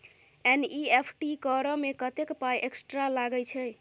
NEFT करऽ मे कत्तेक पाई एक्स्ट्रा लागई छई?